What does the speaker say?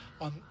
on